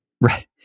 Right